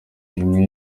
imwe